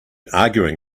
arguing